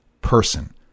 person